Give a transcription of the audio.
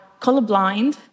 colorblind